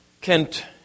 Kent